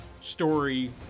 story